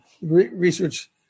research